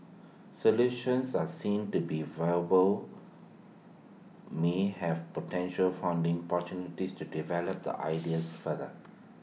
solutions are seen to be viable may have potential funding opportunities to develop the ideas further